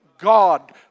God